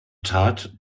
tat